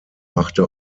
machte